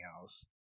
else